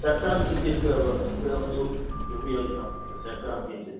शर्करां किञ्चित् उपयो उपयोजितं शर्करां किञ्चित्